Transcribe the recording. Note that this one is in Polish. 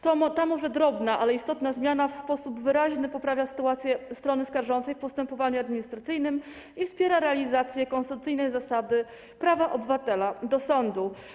Ta może drobna, ale istotna zmiana w sposób wyraźny poprawia sytuację strony skarżącej w postępowaniu administracyjnym i wspiera realizację konsumpcyjnej zasady prawa obywatela do sądu.